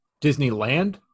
disneyland